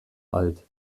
alt